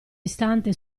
istante